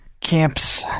camps